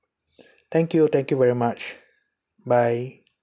thank you thank you very much bye